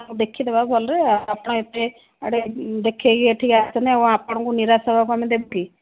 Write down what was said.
ଦେଖିଦେବା ଭଲରେ ଆପଣ ଏତେ ଆଡ଼େ ଦେଖାଇକି ଏଠିକି ଆସିଛନ୍ତି ଆଉ ଆପଣଙ୍କୁ ନିରାଶ ହେବାକୁ ଆମେ ଦେବୁକି